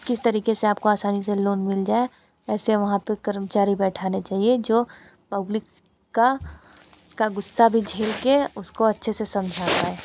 किस तरीके से आपको आसानी से लोन मिल जाए ऐसे वहाँ पर कर्मचारी बैठाने चाहिए जो पब्लिक का का गुस्सा भी झेल कर उसको अच्छे से समझा पाए